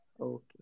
Okay